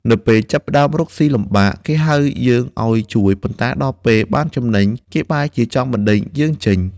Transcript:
នៅពេលចាប់ផ្ដើមរកស៊ីលំបាក គេហៅយើងឱ្យជួយ ប៉ុន្តែដល់ពេលបានចំណេញ គេបែរជាចង់បណ្ដេញយើងចេញ។